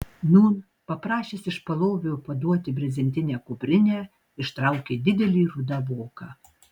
nūn paprašęs iš palovio paduoti brezentinę kuprinę ištraukė didelį rudą voką